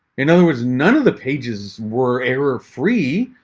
in other words, none of the pages were error free.